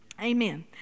Amen